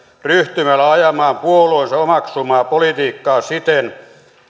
ryhtymällä ajamaan puolueensa omaksumaa politiikkaa siten